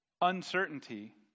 uncertainty